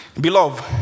Beloved